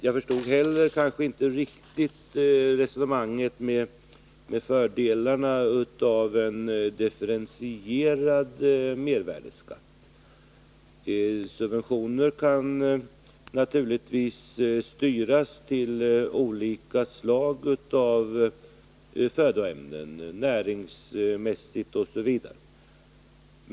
Jag förstod inte heller riktigt resonemanget med fördelarna av en differentierad mervärdeskatt. Subventioner kan naturligtvis styras till olika slag av födoämnen, näringsmässigt osv.